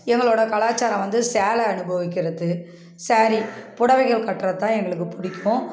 எங்களோடய கலாச்சாரம் வந்து சேலை அனுபவிக்கிறது ஸாரீ புடவைகள் கட்டுறது தான் எங்களுக்கு பிடிக்கும்